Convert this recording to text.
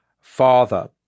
father